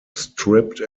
stripped